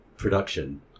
Production